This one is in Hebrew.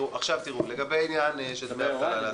לגבי עניין דמי האבטלה לעצמאים,